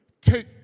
take